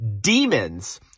demons